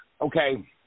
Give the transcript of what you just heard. Okay